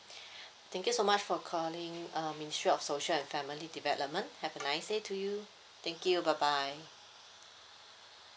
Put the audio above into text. thank you so much for calling um ministry of social and family development have a nice day to you thank you bye bye